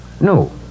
No